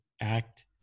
act